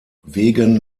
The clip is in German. wegen